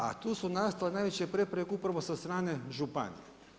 A tu su nastale najveće prepreke upravo sa strane županije.